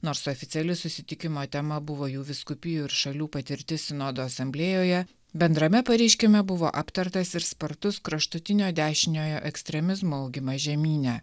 nors oficiali susitikimo tema buvo jų vyskupijų ir šalių patirtis sinodo asamblėjoje bendrame pareiškime buvo aptartas ir spartus kraštutinio dešiniojo ekstremizmo augimas žemyne